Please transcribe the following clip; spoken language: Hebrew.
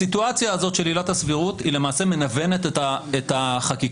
הסיטואציה הזאת של עילת הסבירות למעשה מנוונת את החקיקה.